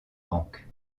banque